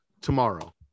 tomorrow